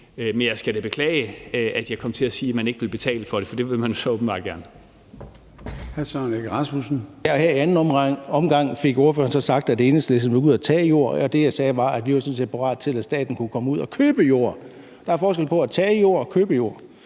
Men jeg skal da beklage, at jeg kom til at sige, at man ikke vil betale for det, for det vil man jo så åbenbart gerne.